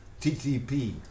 TTP